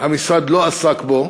שהמשרד לא עסק בו